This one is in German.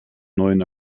neuen